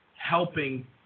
helping